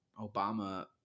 Obama